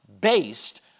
based